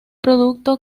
producto